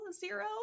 zero